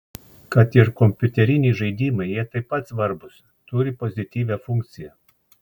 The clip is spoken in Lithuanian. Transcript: kad ir kompiuteriniai žaidimai jie taip pat svarbūs turi pozityvią funkciją